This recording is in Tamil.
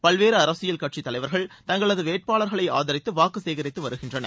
பல்வேறு அரசியல் கட்சித் தலைவர்கள் தங்களது வேட்பாளர்களை ஆதரித்து வாக்கு சேகரித்து வருகின்றனர்